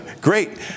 Great